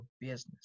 business